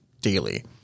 daily